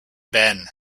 ben